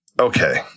Okay